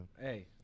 Hey